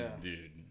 Dude